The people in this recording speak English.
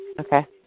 Okay